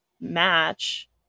match